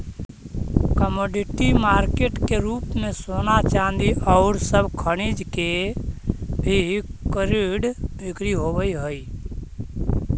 commodity market के रूप में सोना चांदी औउर सब खनिज के भी कर्रिड बिक्री होवऽ हई